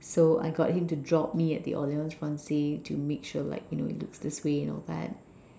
so I got him to drop me at the alliance francaise to make sure like it looks this way and all that